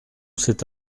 cet